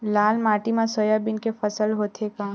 लाल माटी मा सोयाबीन के फसल होथे का?